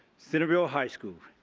centerville high school.